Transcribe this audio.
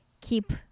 keep